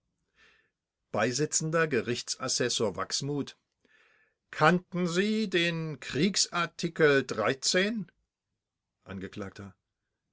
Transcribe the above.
beisitzender gerichtsassessor wachsmuth kannten sie den kriegsartikel